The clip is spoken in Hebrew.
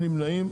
7 נמנעים,